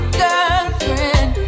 girlfriend